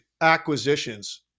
acquisitions